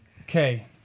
Okay